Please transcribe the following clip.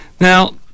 Now